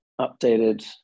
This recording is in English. updated